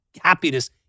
happiness